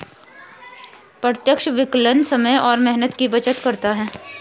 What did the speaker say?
प्रत्यक्ष विकलन समय और मेहनत की बचत करता है